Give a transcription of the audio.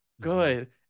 good